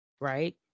Right